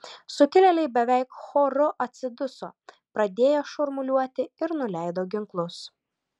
sukilėliai beveik choru atsiduso pradėjo šurmuliuoti ir nuleido ginklus